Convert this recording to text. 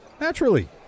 Naturally